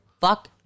fuck